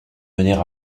mener